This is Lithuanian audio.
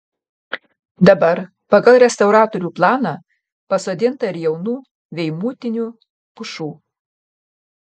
dabar pagal restauratorių planą pasodinta ir jaunų veimutinių pušų